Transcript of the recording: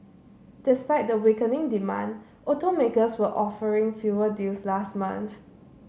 despite the weakening demand automakers were offering fewer deals last month